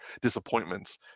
disappointments